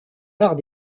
arts